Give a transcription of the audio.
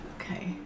Okay